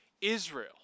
Israel